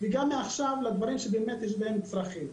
לדברים שיש בהם באמת צורך.